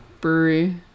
brewery